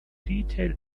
detail